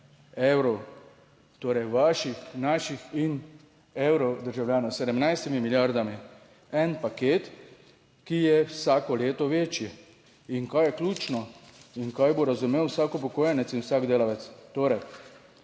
evrov, torej vaših, naših in evrov državljanov, s 17 milijardami en paket, ki je vsako leto večji. In kaj je ključno in kaj bo razumel vsak upokojenec in vsak delavec.